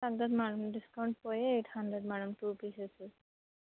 తగ్గదు madam discount పోయే eight hundred madam two pieces